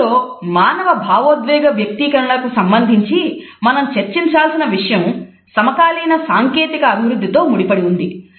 ముఖంలో మానవ భావోద్వేగ వ్యక్తీకరణలకు సంబంధించి మనం చర్చించాల్సిన విషయం సమకాలీన సాంకేతిక అభివృద్ధి తో ముడిపడి ఉంది